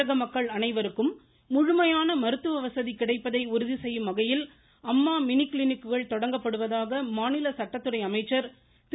தமிழக மக்கள் அனைவருக்கும் முழுமையான மருத்துவ வசதி கிடைப்பதை உறுதிசெய்யும் வகையில் அம்மா மினி கிளினிக்குகள் தொடங்கப்படுவதாக மாநில சட்டத்துறை அமைச்சர் திரு